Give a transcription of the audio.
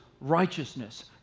righteousness